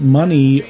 money